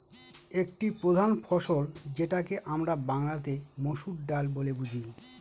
একটি প্রধান ফসল যেটাকে আমরা বাংলাতে মসুর ডাল বলে বুঝি